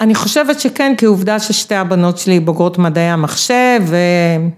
‫אני חושבת שכן, כי עובדה ‫ששתי הבנות שלי בוגרות מדעי המחשב,